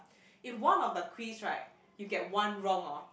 if one of the quiz right you get one wrong orh